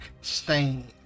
stain